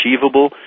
achievable